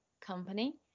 company